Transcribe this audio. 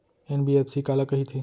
NBFC काला कहिथे?